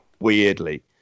Weirdly